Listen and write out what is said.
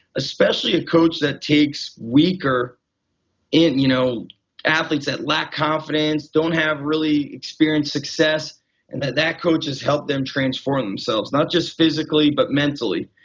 especially a coach that takes weaker you know athletes that lack confidence, don't have really experienced success and that that coach has helped them transform themselves, not just physically but mentally.